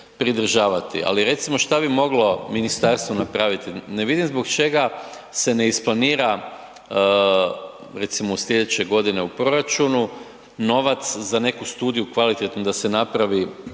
Ali, recimo, što bi moglo ministarstvo napraviti. Ne vidim zbog čega se ne isplanira recimo sljedeće godine u proračunu, novac za neku studiju kvalitetnu da se napravi